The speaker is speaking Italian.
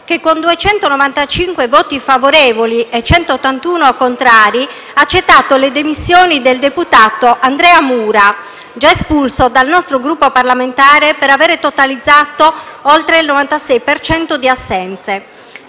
che con 295 voti favorevoli e 181 contrari ha accettato le dimissioni del deputato Andrea Mura, già espulso dal nostro Gruppo parlamentare per avere totalizzato oltre il 96 per cento